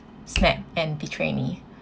snap and betray me